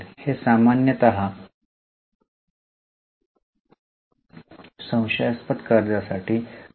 हे सामान्यत संशयास्पद कर्जासाठी आर